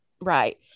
right